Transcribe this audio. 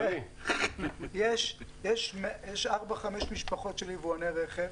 יש ארבע-חמש משפחות של יבואני רכב,